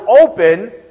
open